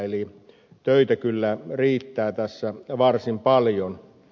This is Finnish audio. eli töitä kyllä riittää tässä varsin paljon